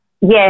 Yes